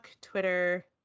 Twitter